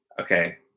okay